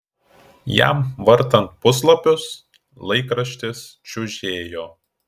jam vartant puslapius laikraštis čiužėjo